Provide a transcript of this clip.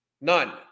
None